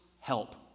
help